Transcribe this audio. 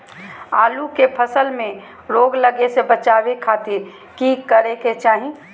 आलू के फसल में रोग लगे से बचावे खातिर की करे के चाही?